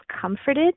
comforted